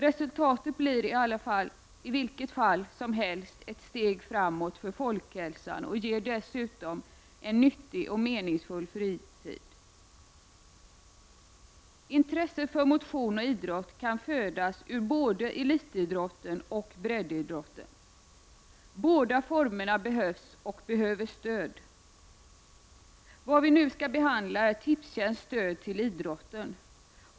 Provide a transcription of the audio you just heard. Resultatet blir i vilket fall som helst ett steg framåt för folkhälsan, och idrotten ger dessutom en nyttig och meningsfull fritid. Intresset för motion och idrott kan födas i både elitidrotten och i breddidrotten. Båda formerna behövs och behöver stöd. Vad vi nu skall behandla är Tipstjänsts stöd till idrotten.